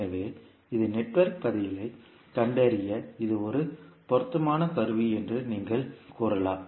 எனவே இது நெட்வொர்க் பதிலைக் கண்டறிய இது ஒரு பொருத்தமான கருவி என்று நீங்கள் கூறலாம்